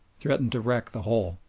threatened to wreck the whole.